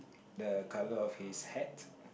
the colour of his hat